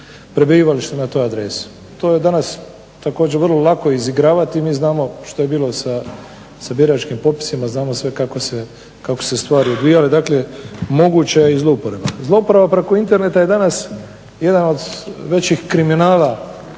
prebivalište na toj adresi. To je danas također vrlo lako izigravati. Mi znamo što je bilo sa biračkim popisima, znamo sve kako su se stvari odvijale, dakle moguća je i zlouporaba. Zlouporaba preko interneta je danas jedan od većih kriminala